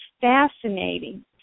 fascinating